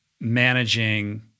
managing